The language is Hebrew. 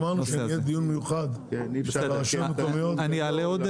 אמרנו שנקיים דיון מיוחד עם הרשויות המקומיות שבו נעלה את